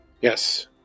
Yes